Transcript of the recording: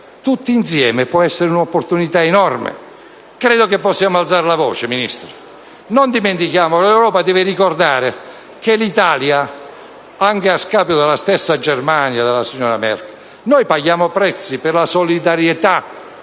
Tutti insieme: può essere un'opportunità enorme. Credo che potremo alzare la voce, signor Ministro. Non dimentichiamo - l'Europa deve ricordarlo, anche a scapito della stessa Germania e della signora Merkel - che l'Italia paga prezzi per la solidarietà